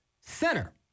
center